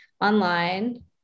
online